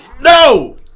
No